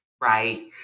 right